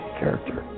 character